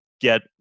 get